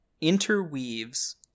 interweaves